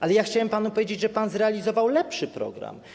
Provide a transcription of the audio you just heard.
Ale chciałem panu powiedzieć, że pan zrealizował lepszy program.